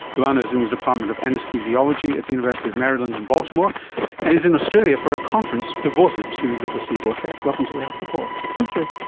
luana is in the department of anaesthesiology at the university of maryland in baltimore and is in australia for a conference devoted to the placebo effect. welcome to the health report. thank you.